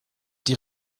die